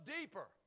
deeper